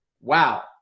Wow